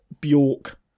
Bjork